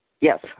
Yes